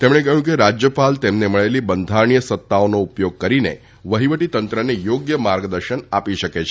તેમણે કહ્યું કે રાજ્યપાલ તેમને મળેલી બંધારણીય સત્તાઓનો ઉપયોગ કરીને વહીવટીતંત્રને યોગ્ય માર્ગદર્શન આપી શકે છે